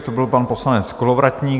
To byl pan poslanec Kolovratník.